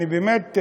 באמת,